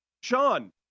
Sean